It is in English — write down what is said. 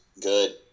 good